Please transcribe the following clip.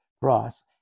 cross